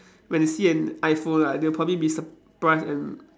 when you see an iPhone right they will probably be surprised and